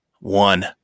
One